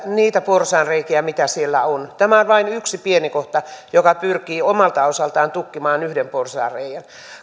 niitä porsaanreikiä mitä siellä on tämä on vain yksi pieni kohta joka pyrkii omalta osaltaan tukkimaan yhden porsaanreiän